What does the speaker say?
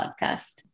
podcast